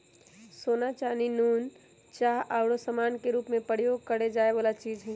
सोना, चानी, नुन, चाह आउरो समान के रूप में प्रयोग करए जाए वला चीज हइ